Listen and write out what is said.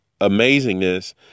amazingness